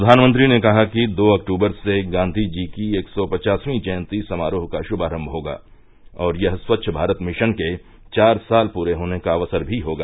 प्रधानमंत्री ने कहा है कि दो अक्तबर से गांधीजी की एक सौ पवासवीं जयंती समारोह का श्मारंम होगा और यह स्वच्छ भारत मिशन के चार साल पूरे होने का अवसर भी होगा